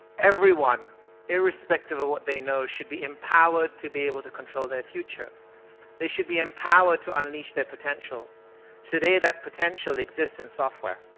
everyone irrespective of what they know should be empowered to be able to control their future they should be empowered to unleash their potential today that potential exists in software